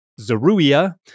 Zeruiah